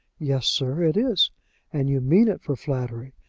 yes, sir, it is and you mean it for flattery.